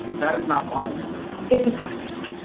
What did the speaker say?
that is not wine, is it? it's a cocktail.